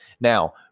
Now